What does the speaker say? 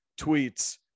tweets